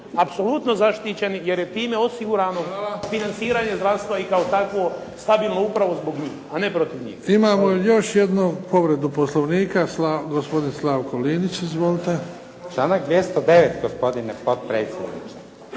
apsolutno zaštićeni jer je time osigurano financiranje zdravstva i kao takvo stabilno upravo zbog njih a ne protiv njih. **Bebić, Luka (HDZ)** Imamo još jednu povredu Poslovnika, gospodin Slavko Linić. Izvolite. **Linić, Slavko (SDP)** Članak 209. gospodine potpredsjedniče.